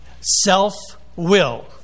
Self-will